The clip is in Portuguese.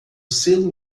selo